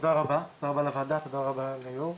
תודה רבה, תודה רבה לוועדה, תודה רבה ליו"ר.